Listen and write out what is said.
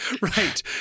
Right